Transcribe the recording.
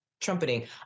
trumpeting